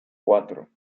cuatro